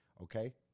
okay